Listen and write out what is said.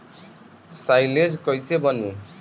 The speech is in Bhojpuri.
साईलेज कईसे बनी?